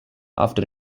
after